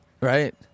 right